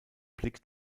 blick